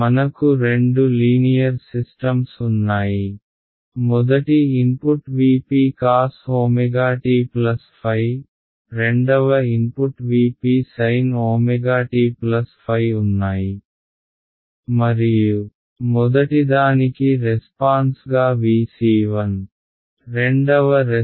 మనకు రెండు linear systems ఉన్నాయి మొదటి input V p cos ω t ϕ రెండవ input V p sin ω t ϕ ఉన్నాయి మరియు మొదటిదానికి రెస్పాన్స్గా V c1 రెండవ రెస్పాన్స్గా V c 2